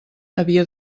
havia